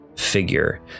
figure